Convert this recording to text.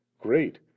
great